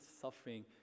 suffering